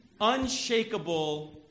unshakable